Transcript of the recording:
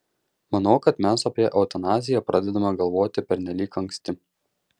manau kad mes apie eutanaziją pradedame galvoti pernelyg anksti